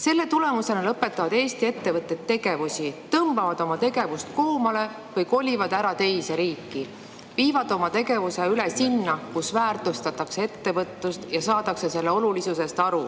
Selle tulemusena lõpetavad Eesti ettevõtted tegevuse, tõmbavad oma tegevust koomale või kolivad ära teise riiki – viivad oma tegevuse üle sinna, kus väärtustatakse ettevõtlust ja saadakse selle olulisusest aru.